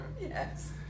Yes